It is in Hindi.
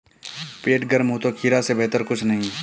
पेट गर्म हो तो खीरा से बेहतर कुछ नहीं